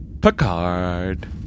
Picard